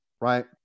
right